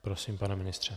Prosím, pane ministře.